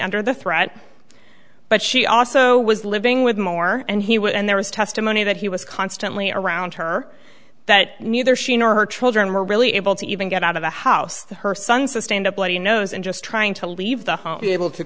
under the threat but she also was living with more and he would and there was testimony that he was constantly around her that neither she nor her children were really able to even get out of the house her son sustained a bloody nose and just trying to leave the home be able to